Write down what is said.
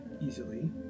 easily